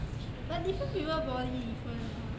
true but different people body different mah